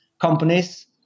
companies